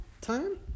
time